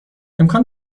امکان